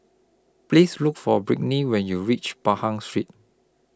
Please Look For Britny when YOU REACH Pahang Street